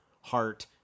heart